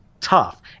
tough